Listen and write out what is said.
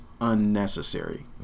unnecessary